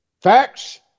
Facts